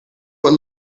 what